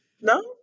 No